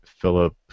Philip